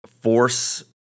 force